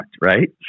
right